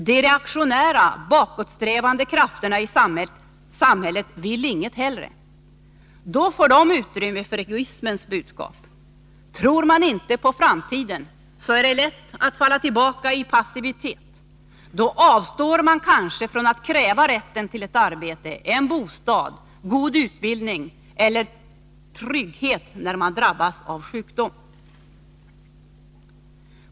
De reaktionära, bakåtsträvande krafterna i samhället vill inget hellre. Då får de utrymme för egoismens budskap. Tror man inte på framtiden är det lätt att falla tillbaka i passivitet. Då avstår man kanske från att kräva rätten till ett arbete, en bostad, god utbildning eller trygghet när man drabbas av sjukdom.